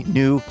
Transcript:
new